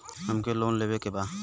हमके लोन लेवे के बा?